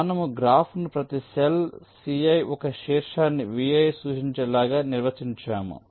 కాబట్టి మనము గ్రాఫ్ను ప్రతి సెల్ ci ఒక శీర్షాన్ని vi సూచించే లాగా నిర్వచించాము